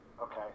Okay